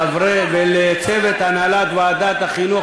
ולצוות הנהלת ועדת החינוך,